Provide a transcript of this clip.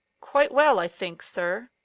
quite well, i think, sir.